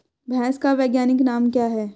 भैंस का वैज्ञानिक नाम क्या है?